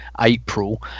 April